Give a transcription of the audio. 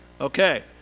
Okay